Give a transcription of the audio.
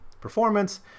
performance